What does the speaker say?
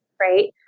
right